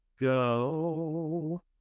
go